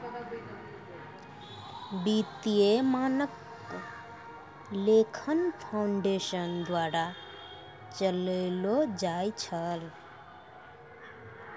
वित्तीय मानक लेखांकन फाउंडेशन द्वारा चलैलो जाय छै